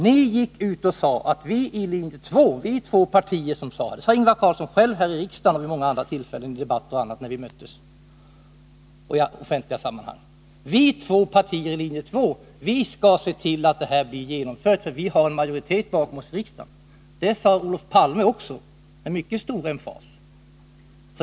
Vi som står bakom linje 2, dvs. de båda partier som stöder linje 2, sade man, skall se till att det här blir genomfört, för vi har en majoritet bakom oss i riksdagen. Det sade Ingvar Carlsson själv här i riksdagen och vid många andra tillfällen i offentliga sammanhang, när vi möttes i debatter. Det sade också Olof Palme med mycket stor emfas.